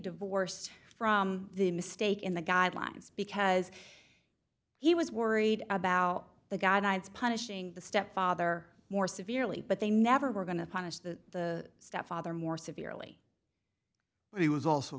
divorced from the mistake in the guidelines because he was worried about the guidelines punishing the stepfather more severely but they never were going to punish the stepfather more severely but he was also